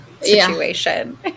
situation